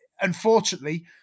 unfortunately